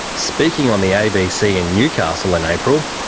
speaking on the abc in newcastle in april,